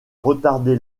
retardé